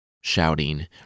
shouting